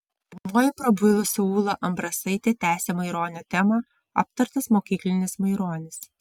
pirmoji prabilusi ūla ambrasaitė tęsė maironio temą aptartas mokyklinis maironis